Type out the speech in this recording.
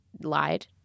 lied